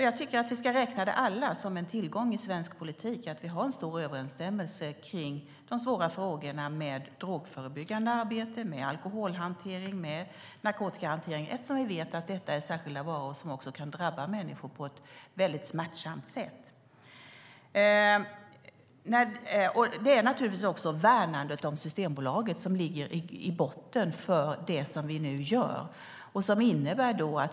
Jag tycker att vi alla ska räkna det som en tillgång i svensk politik att vi har en bred enighet i de svåra frågorna om drogförebyggande arbete, alkoholhantering och narkotikahantering, eftersom vi vet att detta är särskilda varor som kan drabba människor på ett väldigt smärtsamt sätt. Det är naturligtvis också värnandet om Systembolaget som ligger i botten för det som vi nu gör.